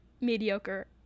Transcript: Mediocre